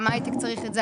גם ההייטק צריך את זה,